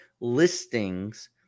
listings